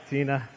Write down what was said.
Tina